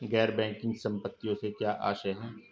गैर बैंकिंग संपत्तियों से क्या आशय है?